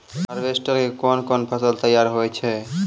Harvester के कोन कोन फसल तैयार होय छै?